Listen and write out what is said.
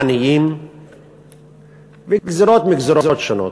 העניים וגזירות מגזירות שונות.